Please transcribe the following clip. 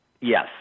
Yes